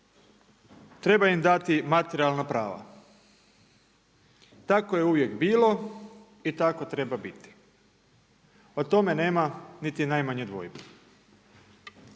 treba im dati materijalna prava. Tako je uvijek bilo i tako treba biti, o tome nema niti najmanje dvojbe.